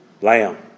Lamb